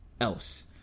else